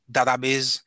Database